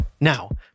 Now